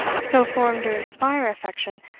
so formed to inspire affection,